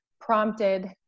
prompted